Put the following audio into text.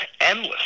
endless